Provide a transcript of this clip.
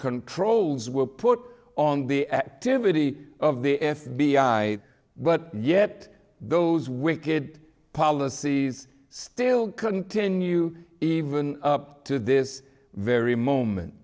controls were put on the activity of the f b i but yet those wicked policies still continue even to this very moment